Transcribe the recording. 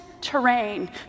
terrain